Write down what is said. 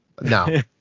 No